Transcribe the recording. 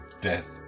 death